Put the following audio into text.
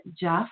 Jeff